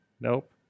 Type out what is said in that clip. Nope